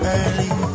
early